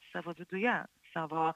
savo viduje savo